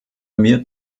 mir